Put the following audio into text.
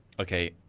okay